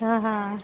हा हा